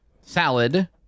salad